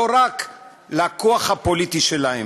לא רק לכוח הפוליטי שלהם.